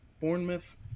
bournemouth